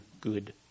good